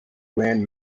grand